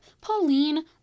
Pauline